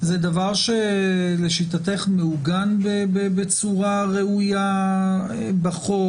זה דבר שלשיטתך מעוגן בצורה ראויה בחוק?